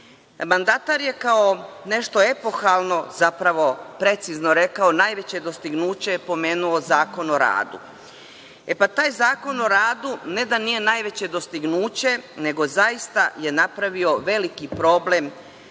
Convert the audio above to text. opasno. Mandatar je kao nešto epohalno, zapravo precizno rekao, kao najveće dostignuće je pomenuo Zakon o radu. E, pa taj Zakon o radu ne da nije najveće dostignuće, nego zaista je napravio veliki problem